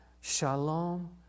Shalom